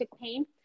pain